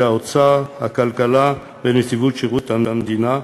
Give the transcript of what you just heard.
האוצר והכלכלה ועם נציבות שירות המדינה.